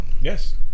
Yes